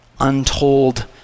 untold